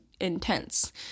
intense